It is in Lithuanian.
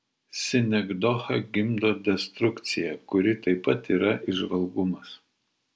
sinekdocha gimdo destrukciją kuri taip pat yra įžvalgumas